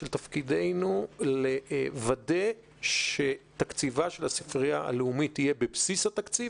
תפקידנו לוודא שתקציבה של הספרייה הלאומית יהיה בבסיס התקציב.